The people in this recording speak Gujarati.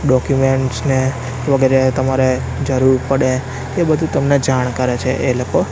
ડોક્યુમેન્ટ્સને વગેરે તમારે જરૂર પડે એ બધુ તમને જાણ કરે છે એ લોકો